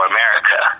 America